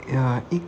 ya 一